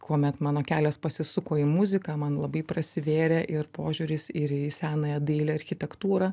kuomet mano kelias pasisuko į muziką man labai prasivėrė ir požiūris ir į senąją dailę architektūrą